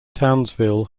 townsville